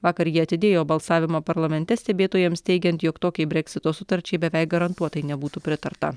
vakar ji atidėjo balsavimą parlamente stebėtojams teigiant jog tokiai breksito sutarčiai beveik garantuotai nebūtų pritarta